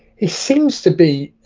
he seems to be